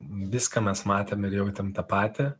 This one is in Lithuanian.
viską mes matėm ir jautėm tą patį